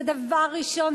זה דבר ראשון,